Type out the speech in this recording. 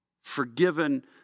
Forgiven